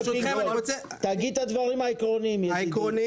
תגיד את הדברים העקרוניים, ידידי.